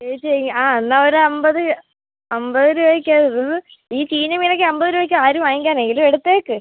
ചേച്ചി ആ എന്നാൽ ഒരമ്പത് അമ്പത് രൂപയ്ക്ക് ഇതൊന്ന് ഈ ചീഞ്ഞ മീനൊക്കെ അമ്പത് രൂപയ്ക്ക് ആര് വാങ്ങിക്കാൻ എങ്കിലും എടുത്തേക്ക്